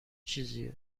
چیزیه